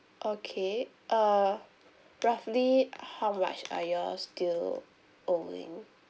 okay uh roughly how much are you all still owing